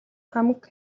хамаг